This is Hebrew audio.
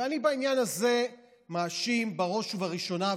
ואני בעניין הזה מאשים בראש ובראשונה,